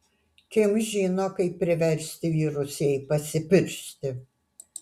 kim žino kaip priversti vyrus jai pasipiršti